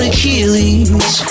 Achilles